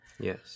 Yes